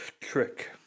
trick